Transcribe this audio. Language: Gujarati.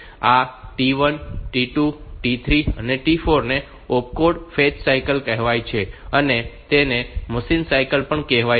આ T1 T2 T3 અને T4 ને ઓપકોડ ફેચ સાયકલ કહેવાય છે અને તેને મશીન સાયકલ પણ કહેવાય છે